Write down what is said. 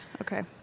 Okay